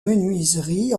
menuiserie